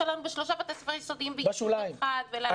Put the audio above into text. שלנו בשלושה בתי ספר יסודיים בישוב אחד- -- זה בשוליים.